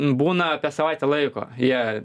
būna apie savaitę laiko jie